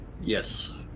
Yes